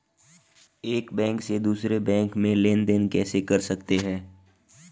एक बैंक से दूसरे बैंक में लेनदेन कैसे कर सकते हैं?